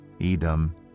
Edom